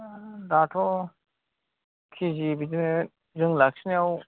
ओ दाथ' किजि बिदिनो जों लाखिनायाव